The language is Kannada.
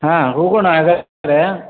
ಹಾಂ ಹೋಗೋಣ ಹಾಗಾದರೆ